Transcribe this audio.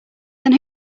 then